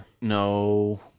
no